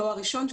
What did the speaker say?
תואר ראשון,